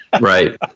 Right